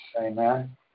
Amen